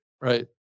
right